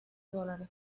dólares